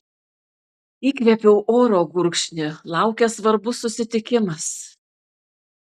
įkvėpiu oro gurkšnį laukia svarbus susitikimas